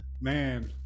Man